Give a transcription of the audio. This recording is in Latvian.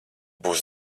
būs